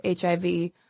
HIV